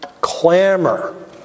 clamor